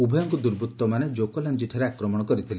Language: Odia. ଉଭୟଙ୍କୁ ଦୁର୍ବୁଉମାନେ ଜୋକଲାଞିଠାରେ ଆକ୍ରମଣ କରିଥିଲେ